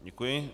Děkuji.